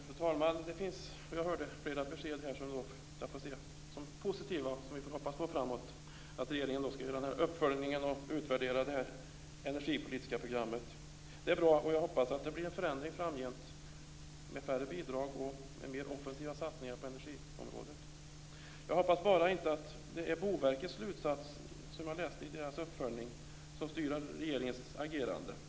Fru talman! Jag har fått flera besked här som jag får se som positiva och som vi får hoppas för framåt. Regeringen skall göra en uppföljning och utvärdera det energipolitiska programmet. Det är bra. Jag hoppas att det blir en förändring framgent med färre bidrag och med mer offensiva satsningar på energiområdet. Jag hoppas bara inte att det är Boverkets slutsats som jag läste i dess uppföljning som styr regeringens agerande.